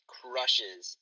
crushes